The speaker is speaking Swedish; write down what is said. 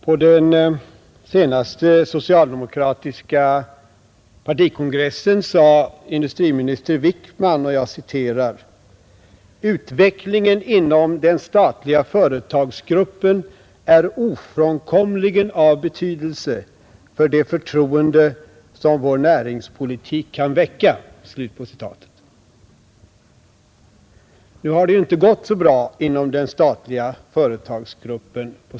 På den senaste socialdemokratiska partikongressen sade industriminister Wickman bl.a.: ”Utvecklingen inom den statliga företagsgruppen är ofrånkomligen av betydelse för det förtroende som vår näringspolitik kan väcka.” Nu har det ju på sista tiden inte gått så bra inom den statliga företagsgruppen.